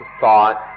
thought